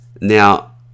Now